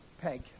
Peg